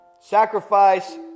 Sacrifice